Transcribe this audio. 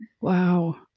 wow